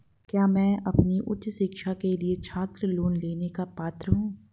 क्या मैं अपनी उच्च शिक्षा के लिए छात्र लोन लेने का पात्र हूँ?